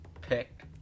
Pick